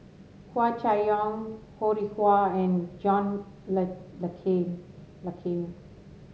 Hua Chai Yong Ho Rih Hwa and John Le Le Cain Le Cain